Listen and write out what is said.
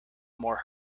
more